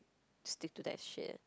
stick to that shit